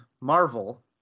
Marvel